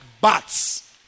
bats